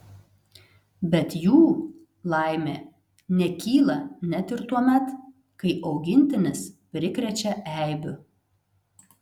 bet jų laimė nekyla net ir tuomet kai augintinis prikrečia eibių